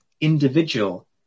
individual